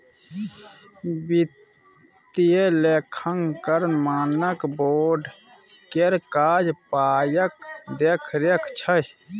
वित्तीय लेखांकन मानक बोर्ड केर काज पायक देखरेख छै